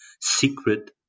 secret